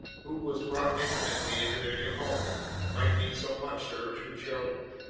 who was brought intimately into their new home might mean so much to her two children.